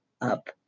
up